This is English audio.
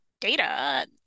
data